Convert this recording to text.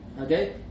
okay